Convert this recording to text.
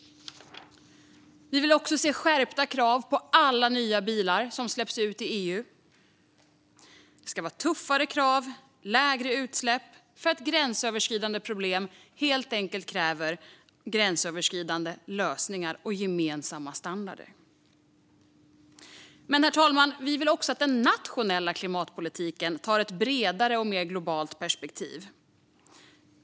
Vi vill se skärpta krav på alla nya bilar som släpps ut i EU. Det ska vara tuffare krav och lägre utsläpp, för gränsöverskridande problem kräver helt enkelt gränsöverskridande lösningar och gemensamma standarder. Herr talman! Moderaterna vill också att den nationella klimatpolitiken tar ett bredare och mer globalt perspektiv.